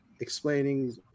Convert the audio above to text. explaining